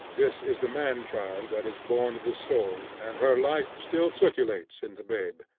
this is the man-child that is born to the soul, and her life still circulates in the babe.